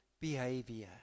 behavior